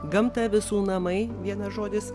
gamta visų namai vienas žodis